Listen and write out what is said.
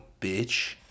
bitch